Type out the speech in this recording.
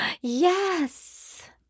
Yes